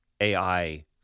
AI